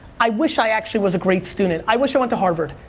i wish i actually was a great student. i wish i went to harvard.